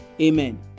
Amen